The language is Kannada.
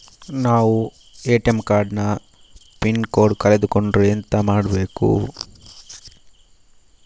ನಾವು ಎ.ಟಿ.ಎಂ ಕಾರ್ಡ್ ನ ಪಿನ್ ಕೋಡ್ ಕಳೆದು ಕೊಂಡ್ರೆ ಎಂತ ಮಾಡ್ಬೇಕು?